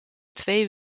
twee